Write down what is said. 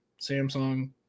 samsung